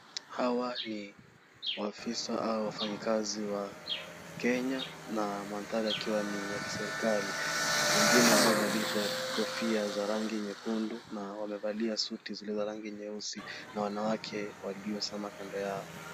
Hawa ni afisa au wafanyakazi wa Kenya na mandhari yakiwa ni ya kiserikali. Wengine waliovalishwa kofia za rangi nyekundu na wamevalia suti zilizo za rangi nyeusi na wanawake waliosimama kando yao.